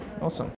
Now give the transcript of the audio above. awesome